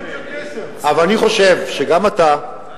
אבל אני חושב שגם אתה,